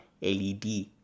LED